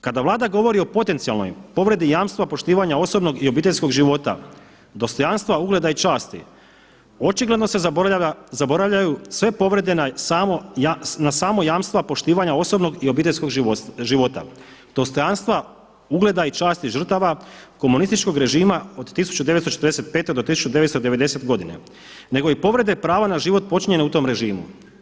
Kada Vlada govori o potencijalnoj povredi jamstva poštivanja osobnog i obiteljskog života, dostojanstva, ugleda i časti očigledno se zaboravljaju sve povrede na samo jamstva poštivanja osobnog i obiteljskog života, dostojanstva, ugleda i časti žrtava komunističkog režima od 1945. do 1990. godine nego i povrede prava na život počinjene u tom režimu.